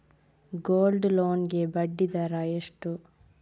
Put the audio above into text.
Gold loan ಗೆ ಬಡ್ಡಿ ದರ ಎಷ್ಟು?